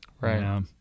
right